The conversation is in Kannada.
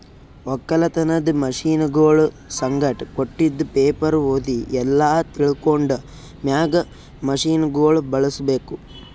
ಒಕ್ಕಲತನದ್ ಮಷೀನಗೊಳ್ ಸಂಗಟ್ ಕೊಟ್ಟಿದ್ ಪೇಪರ್ ಓದಿ ಎಲ್ಲಾ ತಿಳ್ಕೊಂಡ ಮ್ಯಾಗ್ ಮಷೀನಗೊಳ್ ಬಳುಸ್ ಬೇಕು